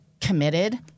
committed